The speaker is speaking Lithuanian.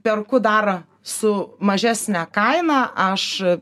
perku dar su mažesne kaina aš